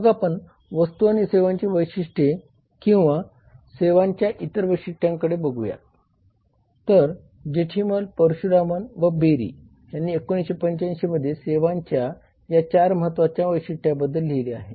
मग आपण वस्तू आणि सेवांची वैशिष्ट्ये किंवा सेवांच्या इतर वैशिष्ट्यांकडे बघूया तर जेथीमल परशुरामन व बेरी यांनी 1985 मध्ये सेवांच्या या 4 महत्वाच्या वैशिष्ट्यांबद्दल लिहिले आहे